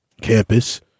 campus